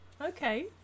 Okay